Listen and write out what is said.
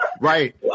right